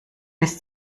bis